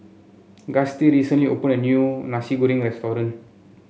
Gustie recently opened a new Nasi Goreng restaurant